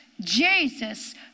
Jesus